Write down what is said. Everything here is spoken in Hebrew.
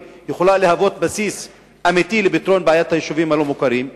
יכולות להוות בסיס אמיתי לפתרון בעיית היישובים הלא-מוכרים.